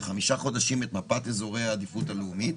בחמישה חודשים את מפת איזורי עדיפות לאומית,